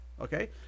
Okay